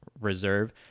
reserve